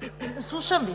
Председател,